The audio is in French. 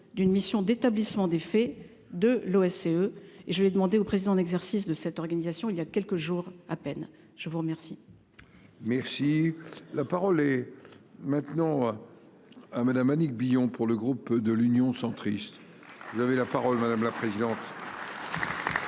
d'une mission d'établissement des faits de l'OSCE et je vais demander au président en exercice de cette organisation, il y a quelques jours à peine, je vous remercie. Merci, la parole est maintenant à madame Annick Billon pour le groupe de l'Union centriste. Vous avez la parole madame la présidente.